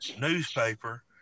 newspaper